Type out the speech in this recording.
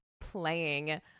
playing